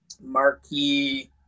marquee